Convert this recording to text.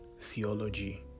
theology